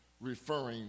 referring